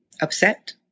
upset